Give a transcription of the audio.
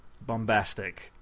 bombastic